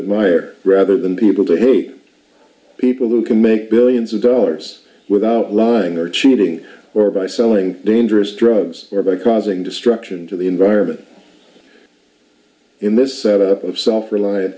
have mire rather than people to hate people who can make billions of dollars without lying or cheating or by selling dangerous drugs or by causing destruction to the environment in this set up of self relian